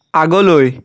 আগলৈ